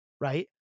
Right